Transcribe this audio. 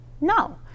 no